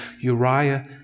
Uriah